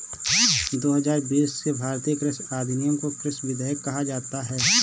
दो हजार बीस के भारतीय कृषि अधिनियमों को कृषि विधेयक कहा जाता है